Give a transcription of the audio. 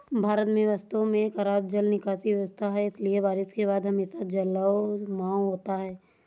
भारत में वास्तव में खराब जल निकासी व्यवस्था है, इसलिए बारिश के बाद हमेशा जलजमाव होता है